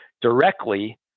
directly